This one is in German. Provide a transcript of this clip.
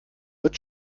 mit